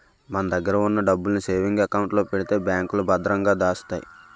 మన దగ్గర ఉన్న డబ్బుల్ని సేవింగ్ అకౌంట్ లో పెడితే బ్యాంకులో భద్రంగా దాస్తాయి